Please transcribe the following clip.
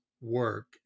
work